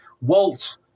Walt